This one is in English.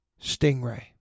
Stingray